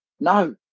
no